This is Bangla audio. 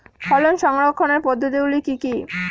ফসল সংরক্ষণের পদ্ধতিগুলি কি কি?